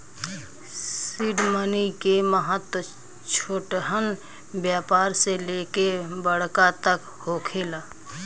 seed money के महत्व छोटहन व्यापार से लेके बड़का तक होखेला